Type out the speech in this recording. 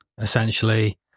essentially